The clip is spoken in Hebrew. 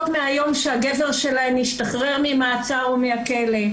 מהיום שהגבר שלהן ישתחרר ממעצר או מהכלא,